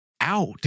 out